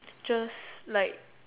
just like